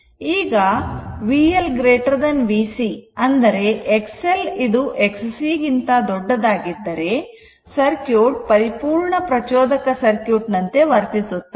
ಈಗ VL VCಅಂದರೆ XL ಇದು Xc ಗಿಂತ ದೊಡ್ಡದಾಗಿದ್ದರೆ ಸರ್ಕ್ಯೂಟ್ ಪರಿಪೂರ್ಣ ಪ್ರಚೋದಕ ಸರ್ಕ್ಯೂಟ್ ನಂತೆ ವರ್ತಿಸುತ್ತದೆ